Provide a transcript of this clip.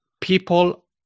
people